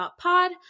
Pod